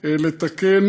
לתקן